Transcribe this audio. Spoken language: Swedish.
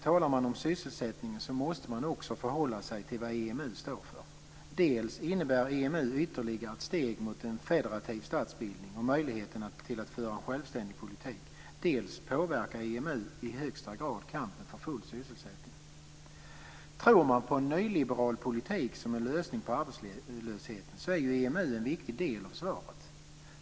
Talar man om sysselsättningen måste man också förhålla sig till vad EMU står för. Dels innebär EMU ytterligare ett steg mot en federativ statsbildning och påverkar möjligheten till att föra en självständig politik, dels påverkar EMU i högsta grad kampen för full sysselsättning. Tror man på en nyliberal politik som en lösning på arbetslösheten är EMU en viktig del av svaret.